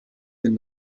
den